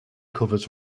covers